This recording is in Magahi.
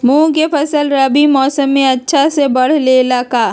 मूंग के फसल रबी मौसम में अच्छा से बढ़ ले का?